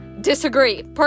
disagree